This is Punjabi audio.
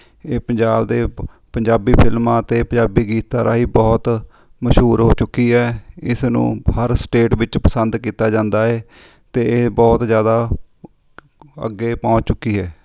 ਇਹ ਪੰਜਾਬ ਦੇ ਪ ਪੰਜਾਬੀ ਫਿਲਮਾਂ ਅਤੇ ਪੰਜਾਬੀ ਗੀਤਾਂ ਰਾਹੀਂ ਬਹੁਤ ਮਸ਼ਹੂਰ ਹੋ ਚੁੱਕੀ ਹੈ ਇਸ ਨੂੰ ਹਰ ਸਟੇਟ ਵਿੱਚ ਪਸੰਦ ਕੀਤਾ ਜਾਂਦਾ ਹੈ ਅਤੇ ਇਹ ਬਹੁਤ ਜ਼ਿਆਦਾ ਅੱਗੇ ਪਹੁੰਚ ਚੁੱਕੀ ਹੈ